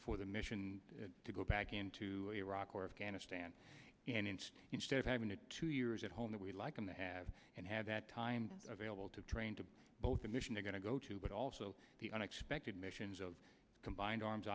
for the mission to go back into iraq or afghanistan instead of having to two years at home that we'd like them to have and have that time available to train to both the mission they're going to go to but also the unexpected missions of combined arms